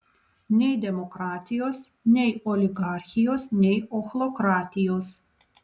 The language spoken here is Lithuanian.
nei demokratijos nei oligarchijos nei ochlokratijos